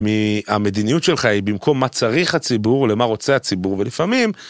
המדיניות שלך היא במקום מה צריך הציבור למה רוצה הציבור ולפעמים.